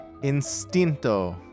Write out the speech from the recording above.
instinto